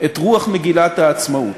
את רוח מגילת העצמאות.